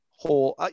whole